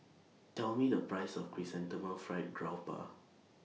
Tell Me The Price of Chrysanthemum Fried Garoupa